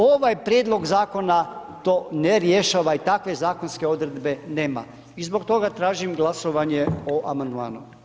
Ovaj Prijedlog Zakona to ne rješava i takve zakonske odredbe nema, i zbog toga tražim glasovanje o amandmanu.